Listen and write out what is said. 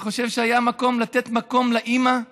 אני חושב שהיה מקום לתת מקום לאימא,